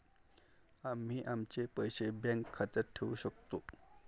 आम्ही आमचे पैसे बँक खात्यात ठेवू शकतो